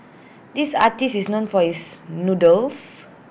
this artist is known for his noodles